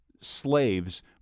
slaves